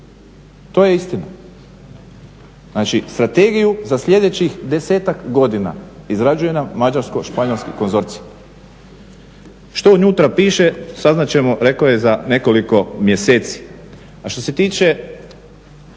To je istina. Znači, strategiju za sljedećih 10-ak godina izrađuje nam mađarsko-španjolski konzorcij. Što unutra piše saznat ćemo, rekao je, za nekoliko mjeseci. A što se tiče,